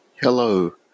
Hello